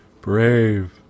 brave